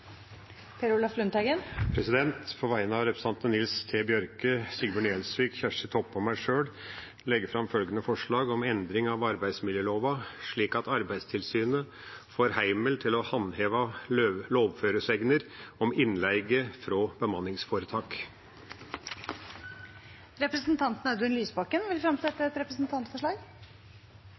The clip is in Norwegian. Per Olaf Lundteigen vil fremsette et representantforslag. På vegne av representantene Nils T. Bjørke, Sigbjørn Gjelsvik, Kjersti Toppe og meg sjøl vil jeg legge fram forslag om «endring av arbeidsmiljøloven slik at Arbeidstilsynet får heimel til å handheva lovføresegner om innleige frå bemanningsføretak». Representanten Audun Lysbakken vil fremsette et representantforslag.